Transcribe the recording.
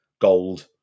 gold